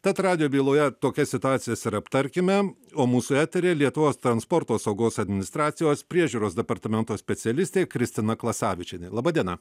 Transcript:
tad radijo byloje tokias situacijas ir aptarkime o mūsų eteryje lietuvos transporto saugos administracijos priežiūros departamento specialistė kristina klasavičienė laba diena